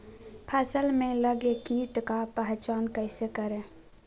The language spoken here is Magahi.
फ़सल में लगे किट का पहचान कैसे करे?